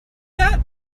that